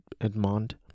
Edmond